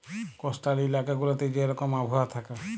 coastal ইলাকা গুলাতে যে রকম আবহাওয়া থ্যাকে